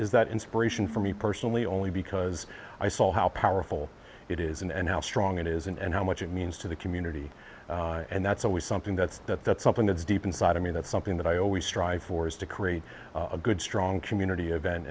is that inspiration for me personally only because i saw how powerful it is and how strong it is and how much it means to the community and that's always something that's that that's something that's deep inside of me that's something that i always strive for is to create a good strong community event